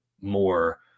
more